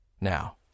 Now